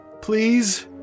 Please